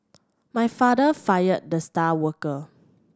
my father fired the star worker